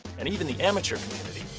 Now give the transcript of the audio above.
and even the amateur